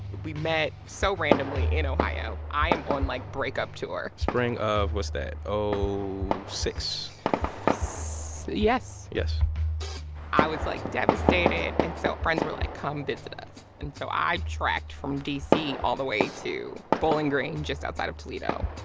we met so randomly in ohio. i am on, like, breakup tour spring of what's that? zero zero six so yes yes i was, like, devastated. and so friends were like, come visit us. and so i tracked from d c. all the way to bowling green, just outside of toledo.